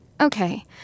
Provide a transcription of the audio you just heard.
Okay